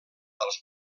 dels